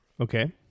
Okay